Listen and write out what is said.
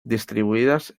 distribuidas